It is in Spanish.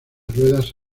ruedas